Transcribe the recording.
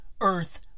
earth